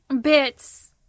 bits